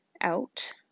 out